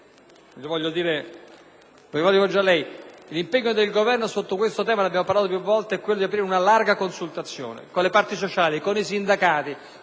l'impegno del Governo su questo tema, ne abbiamo parlato più volte, è quello di aprire una larga consultazione con le parti sociali, con i sindacati,